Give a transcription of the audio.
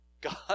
God